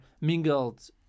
mingled